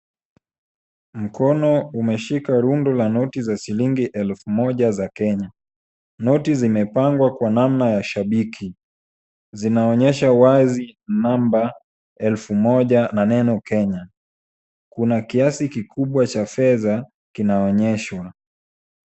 Mkono umeshika rundo la noti za shilingi elfu moja za Kenya. Noti zimepangwa kwa namna ya shabiki. Zinaonyesha wazi number elfu moja na neno Kenya .Kuna kiasi kikubwa cha fedha kinaonyeshwa.